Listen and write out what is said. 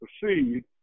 proceed